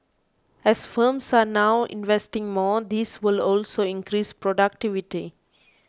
as firms are now investing more this will also increase productivity